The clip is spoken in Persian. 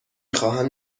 خواهم